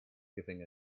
giving